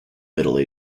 middle